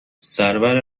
سرور